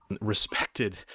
respected